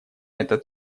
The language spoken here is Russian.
этот